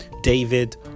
David